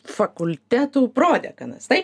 fakultetų prodekanas